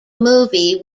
movie